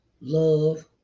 love